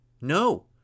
No